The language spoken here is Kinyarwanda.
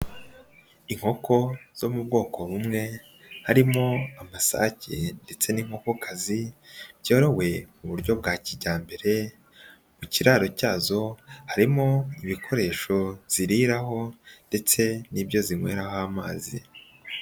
Inkoko zo mu bwoko bumwe, harimo amasake ndetse n'inkokazi, byorowe mu buryo bwa kijyambere, mu kiraro cyazo, harimo ibikoresho ziriraho ndetse n'ibyo zinyweraho amazi.